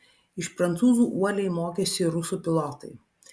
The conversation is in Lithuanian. iš prancūzų uoliai mokėsi ir rusų pilotai